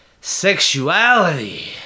sexuality